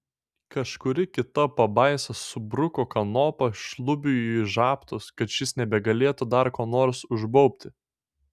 kažkuri kita pabaisa subruko kanopą šlubiui į žabtus kad šis nebegalėtų dar ko nors užbaubti